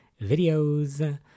videos